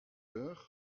cœur